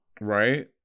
Right